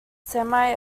semi